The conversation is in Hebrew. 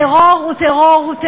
טרור הוא טרור הוא טרור,